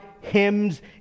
hymns